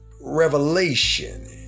Revelation